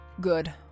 Good